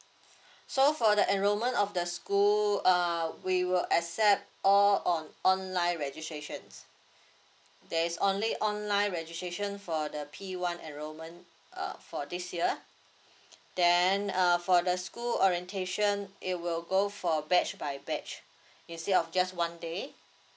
so for the enrollment of the school err we will accept all on online registrations there's only online registration for the P one enrollment err for this year then err for the school orientation it will go for batch by batch instead of just one day